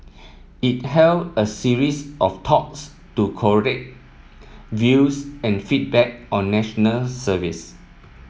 it held a series of talks to collate views and feedback on National Service